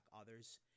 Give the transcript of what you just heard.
others